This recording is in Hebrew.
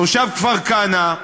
תושב כפר כנא,